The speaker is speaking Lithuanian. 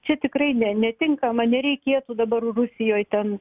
čia tikrai ne netinkama nereikėtų dabar rusijoj ten